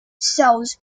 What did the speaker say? cells